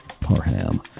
Parham